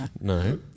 No